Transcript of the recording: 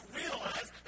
realize